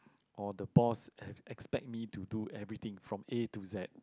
or the boss have expect me to do everything from A to Z